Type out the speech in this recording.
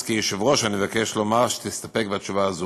אז כיושב-ראש אני מבקש לומר שתסתפק בתשובה הזאת.